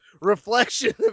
reflection